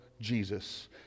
Jesus